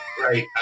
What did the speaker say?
right